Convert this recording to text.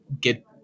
get